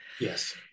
Yes